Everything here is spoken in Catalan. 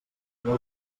obria